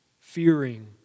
fearing